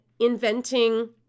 inventing